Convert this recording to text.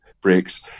breaks